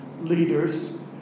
leaders